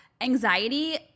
anxiety